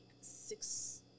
six